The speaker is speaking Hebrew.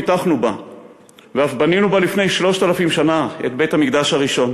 פיתחנו בה ואף בנינו בה לפני 3,000 את בית-המקדש הראשון